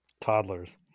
toddlers